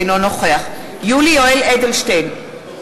אינו נוכח יולי יואל אדלשטיין,